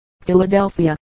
Philadelphia